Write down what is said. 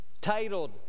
titled